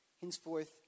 Henceforth